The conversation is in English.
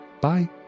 Bye